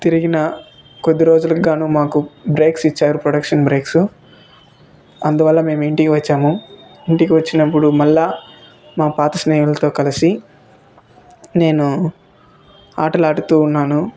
తిరిగిన కొద్ది రోజులకు గాను మాకు బ్రేక్స్ ఇచ్చారు ప్రొడక్షన్ బ్రేక్సు అందువల్ల మేము ఇంటికి వచ్చాము ఇంటికి వచ్చినప్పుడు మళ్ళా మా పాత స్నేహితులతో కలిసి నేను ఆటలు ఆడుతూ ఉన్నాను